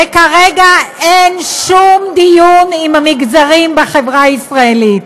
וכרגע אין שום דיון עם המגזרים בחברה הישראלית.